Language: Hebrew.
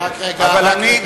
אבל אני,